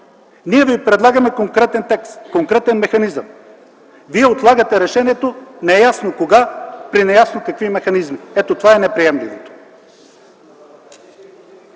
Ние ви предлагаме конкретен текст, конкретен механизъм, вие отлагате решението неясно за кога, при неясно какви механизми. Ето това е неприемливо.